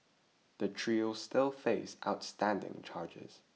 the trio still face outstanding charges